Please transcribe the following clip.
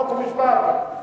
חוק ומשפט.